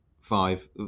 five